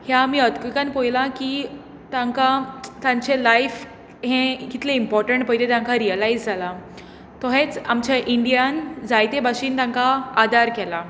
ह्या आमी अर्तक्वेकान पळयलां की तांकां तांचें लायफ हें कितलें इंपोरटंट हें पयलीं तांकां रियलायज जालां तशेंच आमच्या इंडियान जायते भाशेन तांकां आदार केला